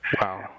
wow